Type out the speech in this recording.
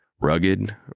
Rugged